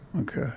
okay